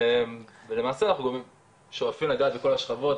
ולמעשה אנחנו שואפים לגעת בכל השכבות,